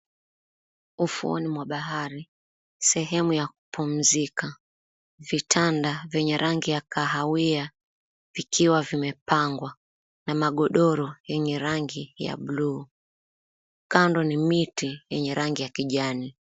Ufuoni mwa bahari sehemu ya kupumzika, vitanda vyenye rangi ya kahawia vikiwa vimepangwa na magondoro yenye rangi ya bluu. Kando ni miti yenye rangi ya kijani.